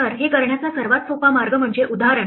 तर हे करण्याचा सर्वात सोपा मार्ग म्हणजे उदाहरण